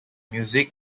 music